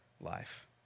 life